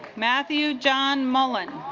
matthew john mullin